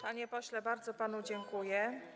Panie pośle, bardzo panu dziękuję.